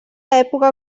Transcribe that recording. època